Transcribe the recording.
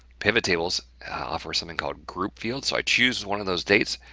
pivot tables offer something called group field. so, i choose one of those dates,